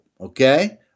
Okay